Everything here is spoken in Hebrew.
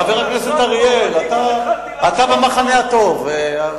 חבר הכנסת אריאל, אתה במחנה הטוב.